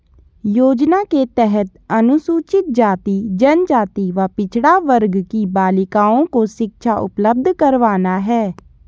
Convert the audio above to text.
योजना के तहत अनुसूचित जाति, जनजाति व पिछड़ा वर्ग की बालिकाओं को शिक्षा उपलब्ध करवाना है